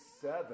seven